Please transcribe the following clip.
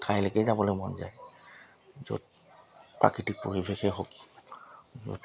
ঠাইলৈকেই যাবলৈ মন যায় য'ত প্ৰাকৃতিক পৰিৱেশেই হওক য'ত